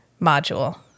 module